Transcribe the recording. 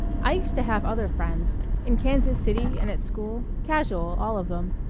i used to have other friends in kansas city and at school casual, all of them,